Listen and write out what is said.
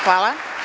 Hvala.